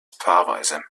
paarweise